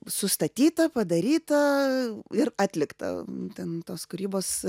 sustatyta padaryta ir atlikta ten tos kūrybos